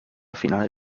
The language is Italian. finale